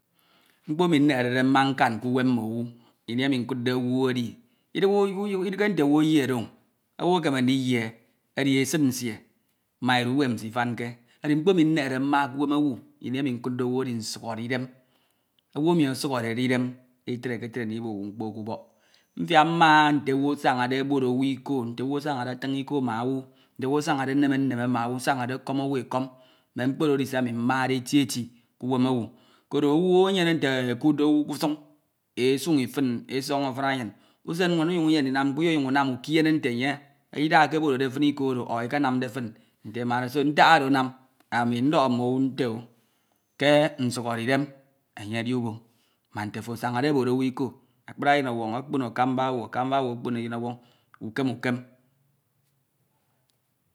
. Mkpo emi nneherede mma nkan ke uwem mme owu ini emi nkudde owu edi, idighe nte owu eyede o. Owu ekeme ndiye eai esia nsie ma edu uwem nsie ifanke Edi mkpo emi nne nereae mma ke wwem owu ini eninkesaae owu ọsukhọre idem itreke tre ndibo owu mkpo ke ubok. Mfia mnia nte owu asañade oboro owu iko, nte owu asañsde atm iko ma owu, nte owu asañade eneme aneme ma owu, asañade ọkọm owu ekọm Mme mkpo oro edi se ami mmade eti eti ke uwem owu koro enyene ekuadde owu ke usuñ e suñi fin, e sọñọ fin anyin. Usen nwen unyuñ ujem ndinam mkpo lyenam ukiene nte enye e de ekeborode fin iko oro e kensmde fin nte e- made, seo ntak oro anam ami ndọhọ mme owu nte ke nsukhoridem enye edi uboro owu iko. Akpri eyun ọuwọñ okpono eyinọwọñ ukem ukem ukem.